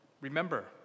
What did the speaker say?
remember